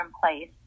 place